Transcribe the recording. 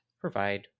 provide